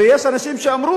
ויש אנשים שאמרו